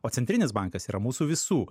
o centrinis bankas yra mūsų visų